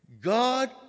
God